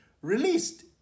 released